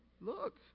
Look